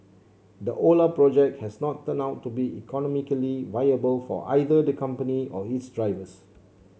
the Ola project has not turned out to be economically viable for either the company or its drivers